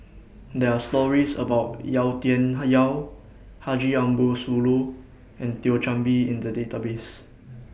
There Are stories about Yau Tian Yau Haji Ambo Sooloh and Thio Chan Bee in The Database